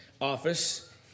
office